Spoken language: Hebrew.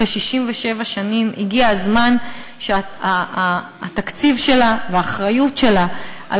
ואחרי 67 שנים הגיע הזמן שהתקציב שלה והאחריות שלה על